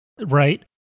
right